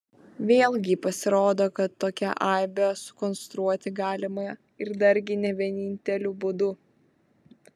vėlgi pasirodo kad tokią aibę sukonstruoti galima ir dargi ne vieninteliu būdu